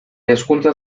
hezkuntza